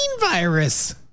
virus